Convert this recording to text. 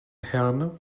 herne